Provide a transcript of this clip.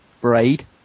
Braid